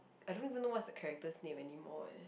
I don't even know what's the character's name anymore eh